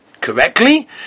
correctly